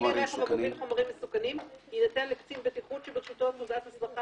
חומרים מסוכנים יינתן לקצין בטיחות שברשותו תעודת הסמכה